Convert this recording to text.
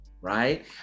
Right